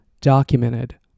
documented